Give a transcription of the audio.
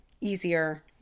easier